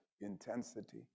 intensity